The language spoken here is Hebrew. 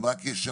הם רק ישפרו,